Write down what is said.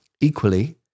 Equally